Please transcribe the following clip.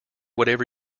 whatever